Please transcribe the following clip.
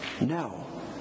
No